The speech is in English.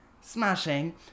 Smashing